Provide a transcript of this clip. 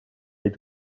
est